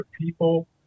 people